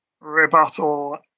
rebuttal